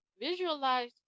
Visualize